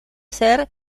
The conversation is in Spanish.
ser